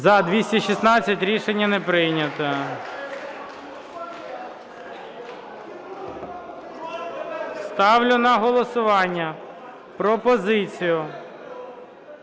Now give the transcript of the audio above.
За-216 Рішення не прийнято. Ставлю на голосування пропозицію